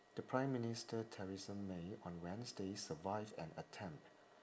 the prime minister theresa may on wednesday survived an attempt